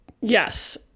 Yes